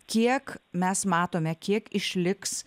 kiek mes matome kiek išliks